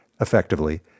effectively